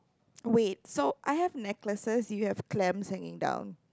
wait so I have necklaces you have clams hanging down